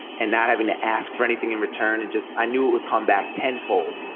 and not having to ask for anything in return and just, i knew it would come back ten-fold,